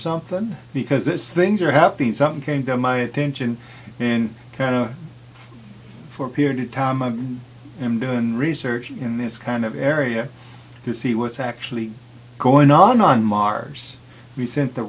something because it's things are happening something came to my attention in canada for a period of time i am doing research in this kind of area to see what's actually going on on mars we sent the